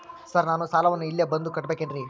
Sir ನಾನು ಸಾಲವನ್ನು ಇಲ್ಲೇ ಬಂದು ಕಟ್ಟಬೇಕೇನ್ರಿ?